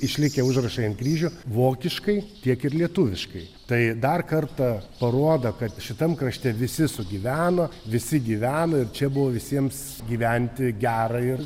išlikę užrašai ant kryžių vokiškai tiek ir lietuviškai tai dar kartą parodo kad šitam krašte visi sugyveno visi gyveno ir čia buvo visiems gyventi gera ir